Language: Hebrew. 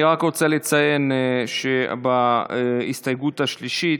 אני רק רוצה לציין שההסתייגות השלישית,